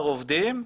בכל הארץ 14 עובדים.